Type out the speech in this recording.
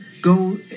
go